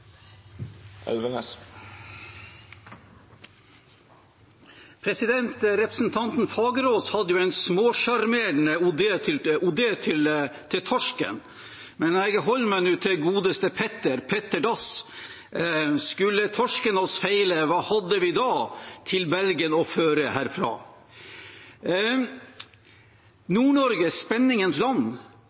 Representanten Fagerås hadde en småsjarmerende ode til torsken, men jeg holder meg nå til godeste Petter – Petter Dass: «Skuld’ Torsken os feyle, hvad havde vi da, Hvad skulle vi føre til Bergen herfra?» «Spenningens Land»